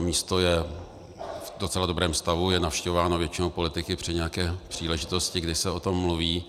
Místo je v docela dobrém stavu, je navštěvováno většinou politiky při nějaké příležitosti, kdy se o tom mluví.